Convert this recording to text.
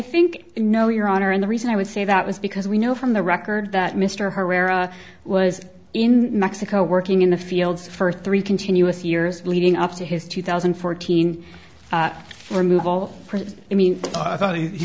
know your honor and the reason i would say that was because we know from the record that mr herrera was in mexico working in the fields for three continuous years leading up to his two thousand and fourteen removal i mean i thought he